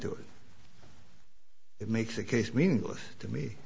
do it it makes a case meaningless to